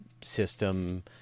system